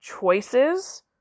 choices